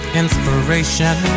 inspiration